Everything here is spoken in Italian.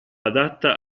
adatta